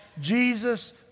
Jesus